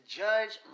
judge